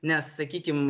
nes sakykim